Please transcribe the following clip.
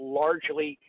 largely